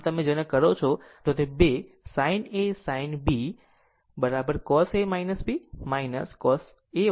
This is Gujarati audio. આમ તમે જેને કરો છો તે 2 sin A sin B cos A B cos A B હશે